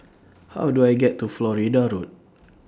How Do I get to Florida Road